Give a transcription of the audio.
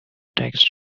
tax